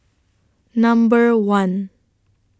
Number one